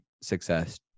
success